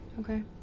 Okay